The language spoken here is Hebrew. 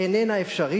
איננה אפשרית,